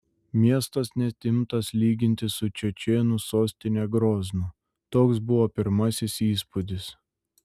miestas net imtas lyginti su čečėnų sostine groznu toks buvo pirmasis įspūdis